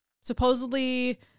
Supposedly